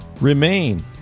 remain